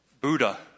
Buddha